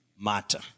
matter